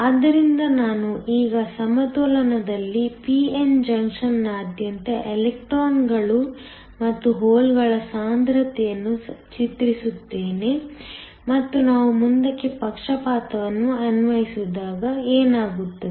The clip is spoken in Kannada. ಆದ್ದರಿಂದ ನಾನು ಈಗ ಸಮತೋಲನದಲ್ಲಿ p n ಜಂಕ್ಷನ್ನಾದ್ಯಂತ ಎಲೆಕ್ಟ್ರಾನ್ಗಳು ಮತ್ತು ಹೋಲ್ಗಳ ಸಾಂದ್ರತೆಯನ್ನು ಚಿತ್ರಿಸುತ್ತೇನೆ ಮತ್ತು ನಾವು ಮುಂದಕ್ಕೆ ಪಕ್ಷಪಾತವನ್ನು ಅನ್ವಯಿಸಿದಾಗ ಏನಾಗುತ್ತದೆ